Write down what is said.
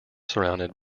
surrounded